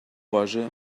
posa